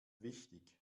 wichtig